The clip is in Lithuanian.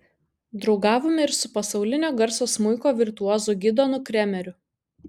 draugavome ir su pasaulinio garso smuiko virtuozu gidonu kremeriu